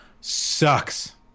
sucks